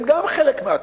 גם הם חלק מהתמונה.